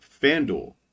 FanDuel